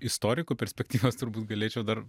istoriko perspektyvos turbūt galėčiau dar